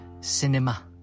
cinema